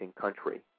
country